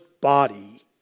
body